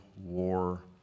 war